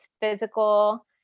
physical